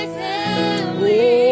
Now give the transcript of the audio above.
family